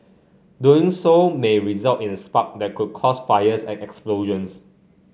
doing so may result in a spark that could cause fires and explosions